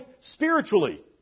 Spiritually